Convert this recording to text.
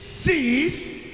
sees